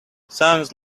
sounds